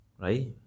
right